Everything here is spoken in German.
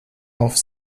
auf